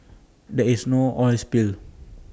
there is no oil spill